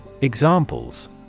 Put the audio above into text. Examples